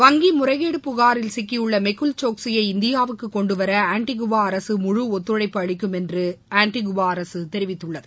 வங்கி முறைகேடு புகாரில் சிக்கியுள்ள மெகுல் சோக்சியை இந்தியாவுக்கு கொண்டுவர ஆண்டிகுவா அரசு முழு ஒத்துழைப்பு அளிக்கும் என்று தெரிவித்துள்ளது